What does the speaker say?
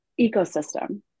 ecosystem